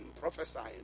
prophesying